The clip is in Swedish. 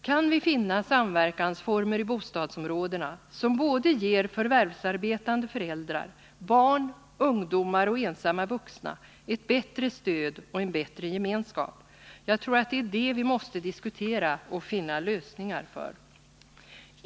Kan vi finna samverkansformer i bostadsområdena som ger förvärvsarbetande föräldrar, barn, ungdomar och ensamma vuxna ett bättre stöd och en bättre gemenskap? Jag tror att det är det vi måste diskutera och finna lösningar för.